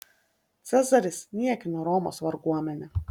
cezaris niekino romos varguomenę